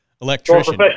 electrician